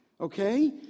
okay